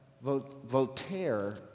Voltaire